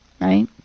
right